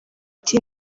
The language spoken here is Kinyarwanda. ati